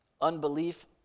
Unbelief